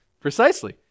Precisely